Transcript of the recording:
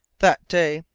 that day,